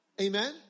amen